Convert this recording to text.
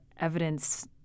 evidence